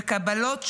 וקבלות שונות,